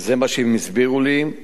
שזה מה שהם הסבירו לי,